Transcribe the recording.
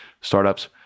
startups